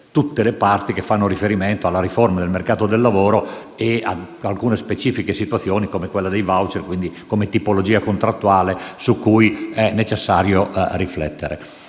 tutte le parti che fanno riferimento alla riforma del mercato del lavoro e ad alcune specifiche situazioni, come quella dei *voucher*, come tipologia contrattuale su cui è necessario riflettere.